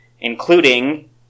including